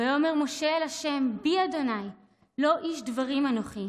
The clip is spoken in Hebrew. "ויאמר משה אל ה', בי אדני לא איש דברים אנכי